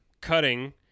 cutting